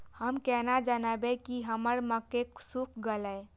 हम केना जानबे की हमर मक्के सुख गले?